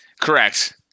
Correct